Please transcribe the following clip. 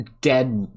dead